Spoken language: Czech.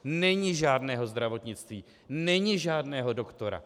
Není žádného zdravotnictví, není žádného doktora.